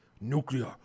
Nuclear